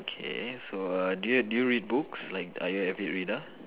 okay so err do you do you read book or are you avid reader